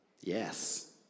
Yes